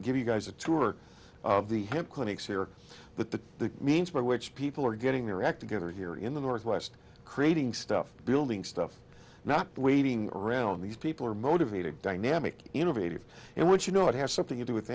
give you guys a tour of the clinics here the the means by which people are getting their act together here in the northwest creating stuff building stuff not waiting around these people are motivated dynamic innovative and what you know it has something to do with